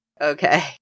okay